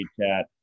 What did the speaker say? WeChat